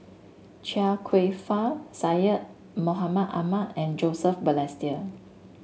Chia Kwek Fah Syed Mohamed Ahmed and Joseph Balestier